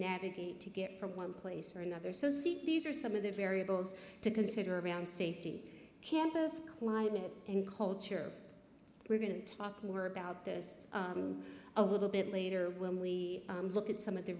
navigate to get from one place or another so see these are some of the variables to consider around safety campus climate and culture we're going to talk more about this a little bit later when we look at some of the